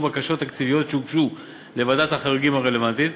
בקשות תקציביות שהוגשו לוועדת החריגים הרלוונטית,